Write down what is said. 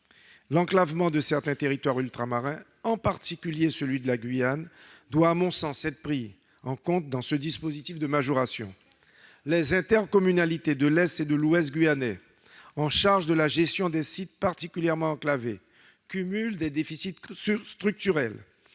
l'enclavement de certains territoires ultramarins, en particulier la Guyane, doit être pris en compte dans ce dispositif de majoration. Les intercommunalités de l'est et de l'ouest guyanais, chargées de la gestion de sites particulièrement enclavés, cumulent les déficits structurels.